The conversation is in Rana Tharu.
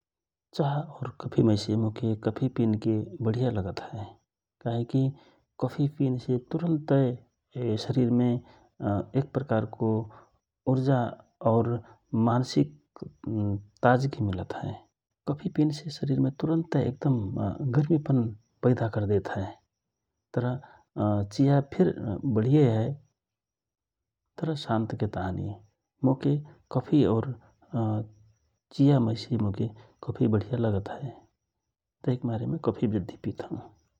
चहा और कफि मैसे मोके कफि पिन बढीया लागत हए । काहे कि कफि पिन्से तुरन्तय शरिरमे एक प्रकारको उर्जा और मानसिक ताजगी मिलत हए । कफि पिन्से शरिरमे एक दम गर्मि पैदा करदेत हए । तर चिया फिर बढिया हए, तर शान्तके ताँहि चिया और कफि मैसे मोके कफि वढिया लगत हए तहि मय कफि पित हौ ।